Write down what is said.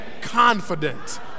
confident